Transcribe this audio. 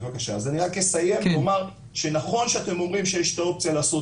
אז אני רק אסיים ואומר שנכון שאתם אומרים שיש את האופציה לעשות